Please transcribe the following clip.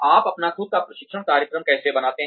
आप अपना खुद का प्रशिक्षण कार्यक्रम कैसे बनाते हैं